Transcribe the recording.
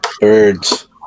birds